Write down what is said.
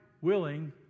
willing